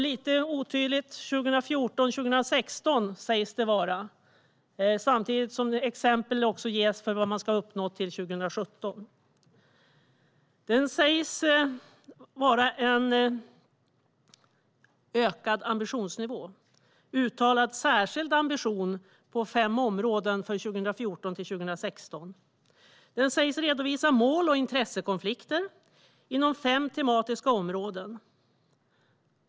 Lite otydligt sägs den gälla 2014-2016 samtidigt som det ges exempel på vad man ska uppnå till 2017. Ambitionsnivån sägs vara höjd, med särskilda ambitioner på fem områden för 2014-2016. Skrivelsen sägs redovisa mål och intressekonflikter inom fem tematiska områden.